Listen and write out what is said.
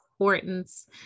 importance